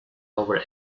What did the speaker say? over